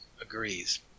agrees